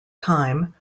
time